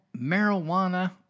marijuana